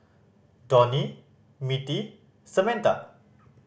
Donie Mittie Samantha